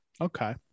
Okay